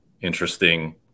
interesting